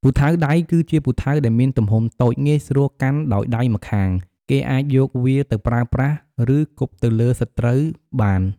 ពូថៅដៃ គឺជាពូថៅដែលមានទំហំតូច ងាយស្រួលកាន់ដោយដៃម្ខាង គេអាចយកវាទៅប្រើប្រាស់ ឬគប់ទៅលើសត្រូវបាន។